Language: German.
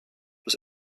bis